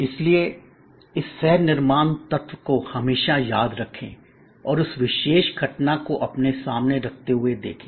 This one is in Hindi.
इसलिए इस सहनिर्माण तत्व को हमेशा याद रखें और उस विशेष घटना को अपने सामने रखते हुए देखें